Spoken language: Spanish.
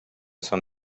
son